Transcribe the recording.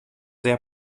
sehr